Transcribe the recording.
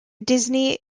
disney